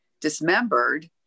dismembered